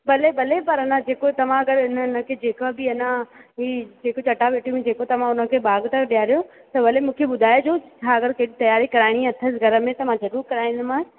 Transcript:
भले भले पर न जेको तव्हां अगरि हिन हिनखे जेका बि अञा हीउ जेको चटा भेटियूं में जेको तव्हां हुनखे भाॻु था ॾेयारियो त भले मूंखे ॿुधाइजो छा अगरि तयारी कराइणी अथसि घर में त मां जरूर कराईंदीमासि